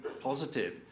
positive